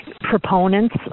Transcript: proponents